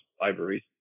libraries